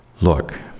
look